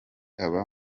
aba